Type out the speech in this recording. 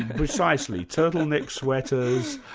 precisely, turtle-necked sweaters,